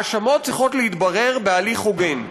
ההאשמות צריכות להתברר בהליך הוגן,